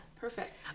Perfect